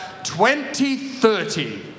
2030